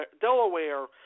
Delaware